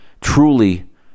truly